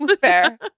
fair